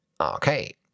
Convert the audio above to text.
Okay